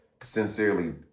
sincerely